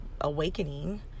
awakening